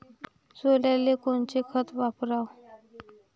सोल्याले कोनचं खत वापराव?